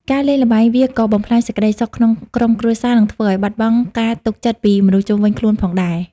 ការលេងល្បែង វាក៏បំផ្លាញសេចក្តីសុខក្នុងក្រុមគ្រួសារ និងធ្វើឲ្យបាត់បង់ការទុកចិត្តពីមនុស្សជុំវិញខ្លួនផងដែរ។